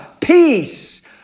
peace